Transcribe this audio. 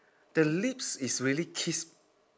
the lips is really kiss